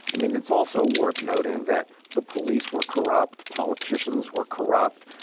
i mean, it's also worth noting that the police were corrupt. politicians were corrupt.